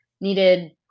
needed